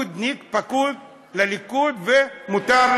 נגיד, יש יום, אני